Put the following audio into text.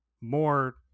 more